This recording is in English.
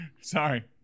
sorry